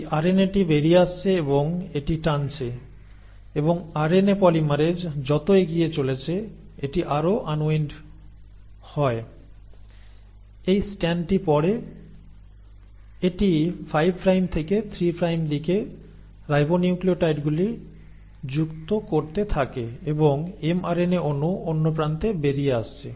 এই আরএনএটি বেরিয়ে আসছে এবং এটি টানছে এবং আরএনএ পলিমারেজ যত এগিয়ে চলেছে এটি আরও আনউইন্ড হয় এই স্ট্র্যান্ডটি পড়ে এটি 5 প্রাইম থেকে 3 প্রাইম দিকে রাইবোনিউক্লিয়োটাইডগুলি যুক্ত করতে থাকে এবং এমআরএনএ অণু অন্য প্রান্তে বেরিয়ে আসছে